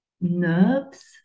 nerves